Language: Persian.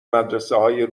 مدرسههای